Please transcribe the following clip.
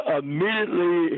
immediately